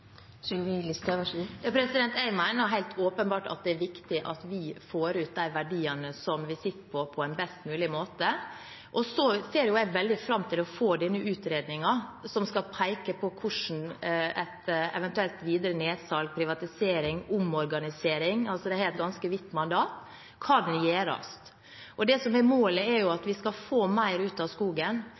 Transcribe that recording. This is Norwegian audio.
Jeg mener helt åpenbart at det er viktig at vi får ut de verdiene som vi sitter på, på en best mulig måte. Og så ser jeg veldig fram til å få denne utredningen som skal peke på hvordan et eventuelt videre nedsalg – privatisering, omorganisering, det har et ganske vidt mandat – kan gjøres. Det som er målet, er at vi skal få mer ut av skogen.